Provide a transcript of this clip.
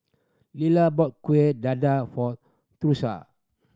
Lila bought Kueh Dadar for Tusha